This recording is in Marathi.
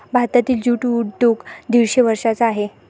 भारतातील ज्यूट उद्योग दीडशे वर्षांचा आहे